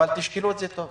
אבל תשקלו את זה טוב.